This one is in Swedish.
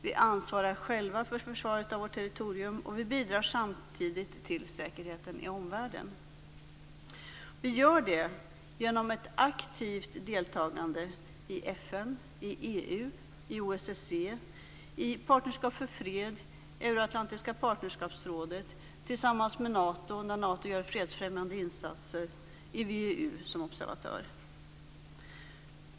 Vi ansvarar själva för försvaret av vårt territorium och bidrar samtidigt till säkerheten i omvärlden. Vi gör det genom ett aktivt deltagande i FN, EU, OSSE, Partnerskap för fred, Euroatlantiska partnerskapsrådet. Tillsammans med Nato när Nato gör fredsfrämjande insatser är VEU som observatör.